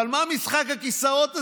אבל מה משחק הכיסאות הזה?